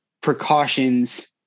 precautions